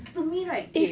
to me right okay